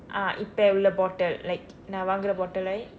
ah இப்பவுள்ள:ippavulla bottle like நான் வாங்குற:naan vangkura bottle right